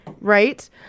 Right